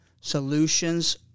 solutions